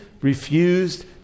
refused